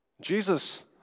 Jesus